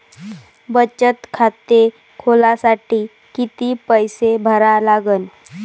बचत खाते खोलासाठी किती पैसे भरा लागन?